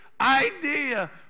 idea